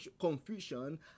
confusion